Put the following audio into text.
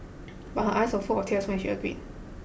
but her eyes were full of tears when she agreed